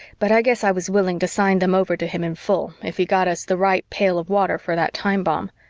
but i guess i was willing to sign them over to him in full if he got us the right pail of water for that time-bomb.